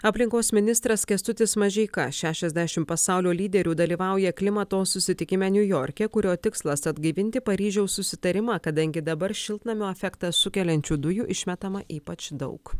aplinkos ministras kęstutis mažeika šešiasdešim pasaulio lyderių dalyvauja klimato susitikime niujorke kurio tikslas atgaivinti paryžiaus susitarimą kadangi dabar šiltnamio efektą sukeliančių dujų išmetama ypač daug